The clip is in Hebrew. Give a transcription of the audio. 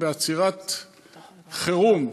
בעצירת חירום,